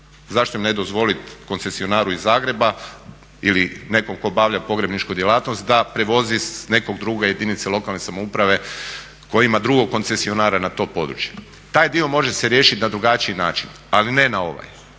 Zašto ne dozvolit koncesionaru iz Zagreba ili nekom tko obavlja pogrebničku djelatnost da prevozi … druge jedinice lokalne samouprave koja ima drugog koncesionara na to područje. Taj dio može se riješit na drugačiji način, ali ne na ovaj.